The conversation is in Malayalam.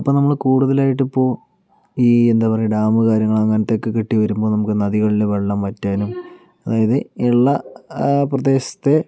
അപ്പോൾ നമ്മൾ കൂടുതലായിട്ട് ഇപ്പോൾ ഈ എന്താ പറയുക ഡാം കാര്യങ്ങൾ അങ്ങനത്തെ ഒക്കെ കെട്ടിവരുമ്പോൾ നമുക്ക് നദികളിലെ ഒക്കെ വെള്ളം വറ്റാനും അതായത് എള്ള പ്രദേശത്തെ